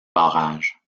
barrages